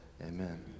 amen